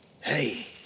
Hey